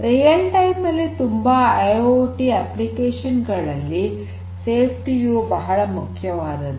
ನೈಜ ಸಮಯದಲ್ಲಿ ತುಂಬಾ ಐಐಓಟಿ ಅಪ್ಲಿಕೇಶನ್ ಗಳಲ್ಲಿ ಸುರಕ್ಷತೆಯು ಬಹಳ ಮುಖ್ಯವಾದುದು